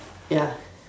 ya